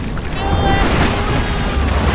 philip wu,